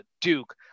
Duke